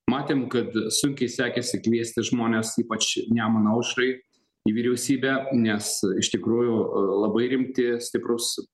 matėm kad sunkiai sekėsi kviesti žmones ypač nemuno aušrai į vyriausybę nes iš tikrųjų labai rimti stiprūs